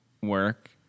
work